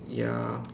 ya